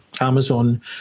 Amazon